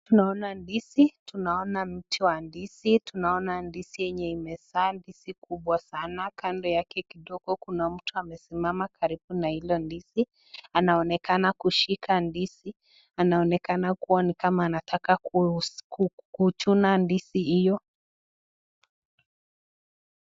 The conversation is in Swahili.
Tunaona ndizi. Tunaona mti wa ndizi. Tunaona ndizi yenye imezaa ndizi kubwa sana, kando yake kidogo kuna mtu amesimama karibu na hilo ndizi. Anaonekana kushika ndizi. Anaonekana kuwa ni kama anataka kuchuna ndizi hiyo.